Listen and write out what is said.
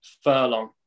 Furlong